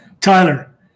Tyler